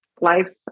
life